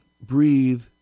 breathe